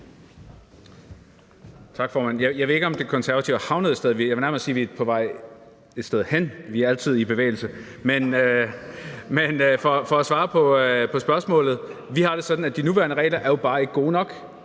Jeg ved ikke, om De Konservative er havnet et sted, for jeg vil nærmest sige, at vi er på vej et sted hen – vi er altid i bevægelse. Men for at svare på spørgsmålet: Vi har det sådan, at de nuværende regler jo bare ikke er gode nok,